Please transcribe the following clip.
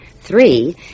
Three